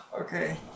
Okay